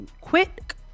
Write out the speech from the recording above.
quick